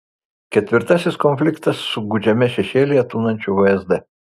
ketvirtasis konfliktas su gūdžiame šešėlyje tūnančiu vsd